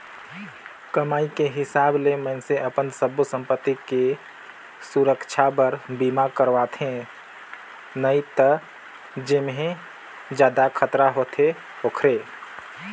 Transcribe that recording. कमाई के हिसाब ले मइनसे अपन सब्बो संपति के सुरक्छा बर बीमा करवाथें नई त जेम्हे जादा खतरा होथे ओखरे